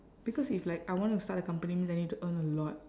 because if like I want to start a company means I need to earn a lot